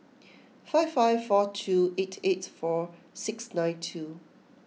five five four two eight eight four six nine two